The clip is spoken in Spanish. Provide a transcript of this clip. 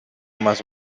más